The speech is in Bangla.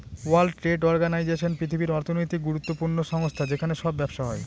ওয়ার্ল্ড ট্রেড অর্গানাইজেশন পৃথিবীর অর্থনৈতিক গুরুত্বপূর্ণ সংস্থা যেখানে সব ব্যবসা হয়